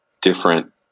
different